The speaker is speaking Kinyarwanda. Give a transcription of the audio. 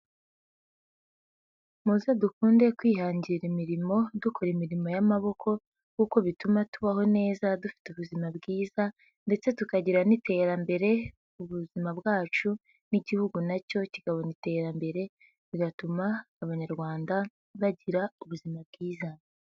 Muze dukunde kwihangira imirimo dukora imirimo y'amaboko kuko bituma tubaho neza dufite ubuzima bwiza ndetse tukagira n'iterambere mu buzima bwacu n'igihugu nacyo kikabona iterambere, bigatuma abanyarwanda bagira ubuzima bwiza.